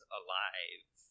alive